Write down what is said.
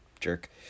Jerk